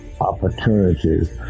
opportunities